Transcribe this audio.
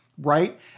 right